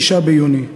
6 ביוני,